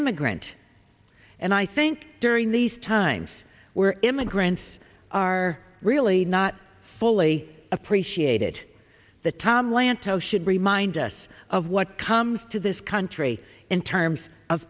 immigrant and i think during these times were immigrants are really not fully appreciated the tom lantos should remind us of what comes to this country in terms of